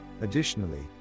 Additionally